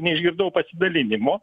neišgirdau pasidalinimo